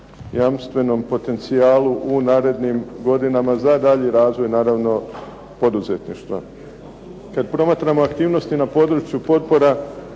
jamstvenom potencijalu u narednim godinama za daljnji razvoj naravno poduzetništva. Kad promatramo aktivnosti na području potpora